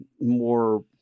more